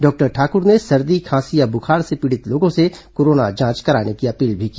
doctor Thakur ने सर्दी खांसी या बुखार से पीड़ित लोगों से कोरोना जांच कराने की अपील भी की